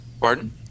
Pardon